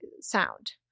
sound